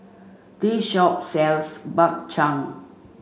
this shop sells Bak Chang